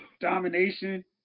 domination